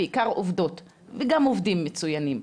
בעיקר עובדות וגם עובדים מצוינים,